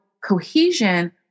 cohesion